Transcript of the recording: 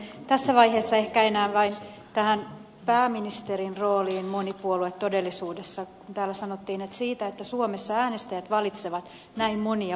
tässä vaiheessa ehkä enää vain tähän pääministerin rooliin monipuoluetodellisuudessa kun täällä sanottiin siitä että suomessa äänestäjät valitsevat näin monia puolueita